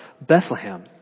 Bethlehem